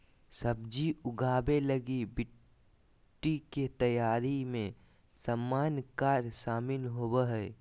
सब्जी उगाबे लगी मिटटी के तैयारी में सामान्य कार्य शामिल होबो हइ